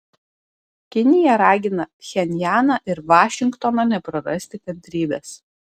kinija ragina pchenjaną ir vašingtoną neprarasti kantrybės